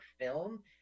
film